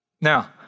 Now